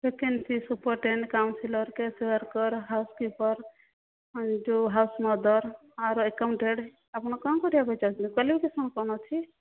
second ସେ superintendent counsellor case worker housekeeper ଯେଉଁ house mother or accountant ଆପଣ କଣ କରିବାକୁ ଚାହୁଁଛନ୍ତି କ୍ବାଲିଫିକେସନ କ'ଣ ଅଛି